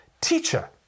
Teacher